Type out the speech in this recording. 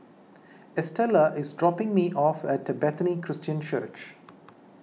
Estella is dropping me off at Bethany Christian Church